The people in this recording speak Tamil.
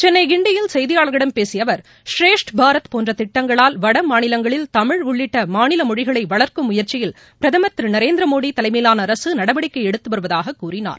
சென்னை கிண்டியில் செய்தியாளர்களிடம் பேசிய அவர் ஸ்ரேஸ்ட பாரத் போன்ற திட்டங்களால் வடமாநிலங்களில் தமிழ் உள்ளிட்ட மாநில மொழிகளை வளர்க்கும் முயற்சியில பிரதமர் திரு நரேந்திரமோடி தலைமையிலான அரசு நடவடிக்கை எடுத்து வருவதாகவும் கூறினார்